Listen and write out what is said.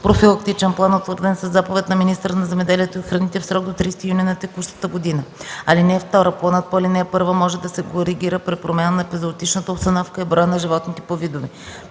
профилактичен план, утвърден със заповед на министъра на земеделието и храните в срок до 30 юни на текущата година. (2) Планът по ал. 1 може да се коригира при промяна на епизоотичната обстановка и броя на животните по видове.”